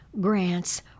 grants